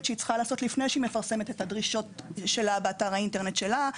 שהיא צריכה לעשות לפני שהיא מפרסמת את הדרישות שלה באתר האינטרנט שלה: